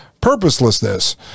purposelessness